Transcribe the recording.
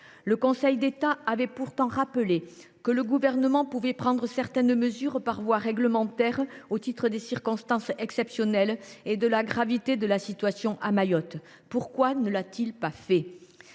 Le Conseil d’État avait pourtant rappelé que le Gouvernement pouvait prendre certaines mesures par voie réglementaire, au titre des circonstances exceptionnelles et de la gravité de la situation à Mayotte. Pourquoi ne l’a t il pas fait ?